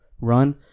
run